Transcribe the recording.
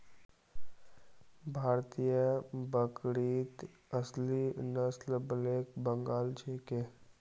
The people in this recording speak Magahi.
भारतीय बकरीत असली नस्ल ब्लैक बंगाल छिके